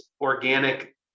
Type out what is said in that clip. organic